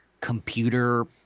computer